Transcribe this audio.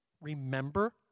remember